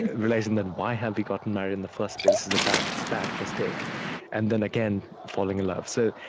realizing that why have we gotten married in the first place? but this is a bad bad mistake and then, again, falling in love so,